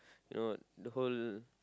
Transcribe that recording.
you know the whole